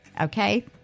Okay